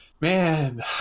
man